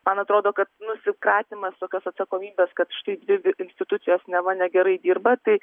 man atrodo kad nusikratymas tokios atsakomybės kad štai dvi institucijos neva negerai dirba tai